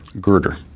girder